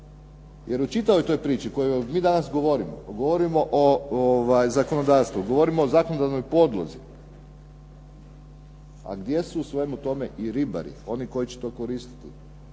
jer u čitavoj toj priči o kojoj mi danas govorimo, govorimo o zakonodavstvu, govorimo o zakonodavnoj podlozi, a gdje su u svemu tome i ribari, oni koji će to koristiti.